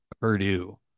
Purdue